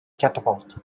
catapult